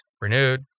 renewed